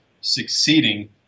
succeeding